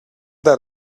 that